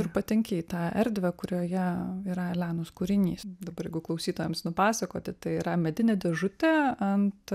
ir patenki į tą erdvę kurioje yra elenos kūrinys dabar jeigu klausytojams nupasakoti tai yra medinė dėžutė ant